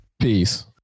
Peace